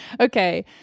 Okay